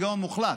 זה שיגעון מוחלט.